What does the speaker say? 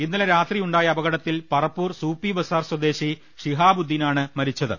ഇന്നലെ രാത്രിയു ണ്ടായ അപകടത്തിൽ പറപ്പൂർ സൂപ്പി ബസാർ സ്വദേശി ഷിഹാബു ദ്ദീൻ ആണ് മരിച്ചത്